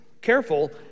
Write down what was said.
Careful